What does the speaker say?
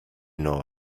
know